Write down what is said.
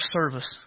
service